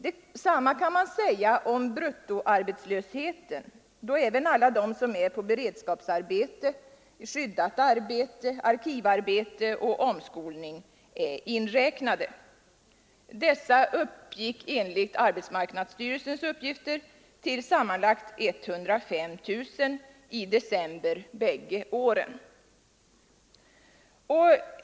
Detsamma kan man säga om bruttoarbetslösheten, då även alla de som är på beredskapsarbete, skyddat arbete, arkivarbete och omskolning är inräknade. Dessa uppgick enligt arbetsmarknadsstyrelsens uppgifter till sammanlagt 105 000 i december bägge åren.